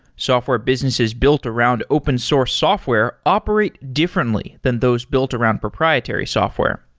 software businesses built around open source software operate differently than those built around proprietary software.